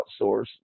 outsource